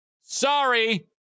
Sorry